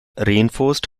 reinforced